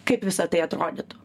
kaip visa tai atrodytų